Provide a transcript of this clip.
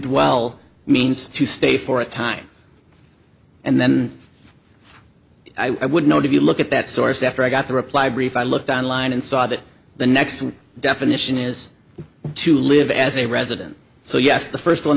dwell means to stay for a time and then i would note if you look at that source after i got the reply brief i looked on line and saw that the next definition is to live as a resident so yes the first one